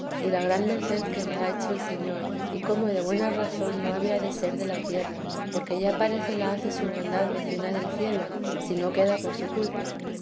y la gran merced que le ha hecho el señor y cómo de buena razón no había de ser de la tierra porque ya parece la hace su bondad vecina del cielo si no queda por su culpa